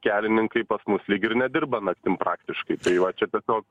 kelininkai pas mus lyg ir nedirba naktim praktiškai tai va čia tiesiog